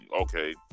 okay